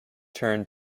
turn